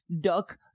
duck